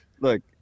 look